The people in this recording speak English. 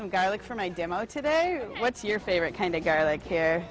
some guy like for my demo today what's your favorite kind of guy like here